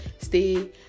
stay